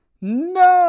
No